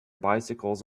bicycles